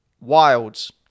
Wilds